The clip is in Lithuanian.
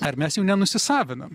ar mes jų nenusisavinam